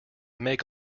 make